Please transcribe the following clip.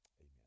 Amen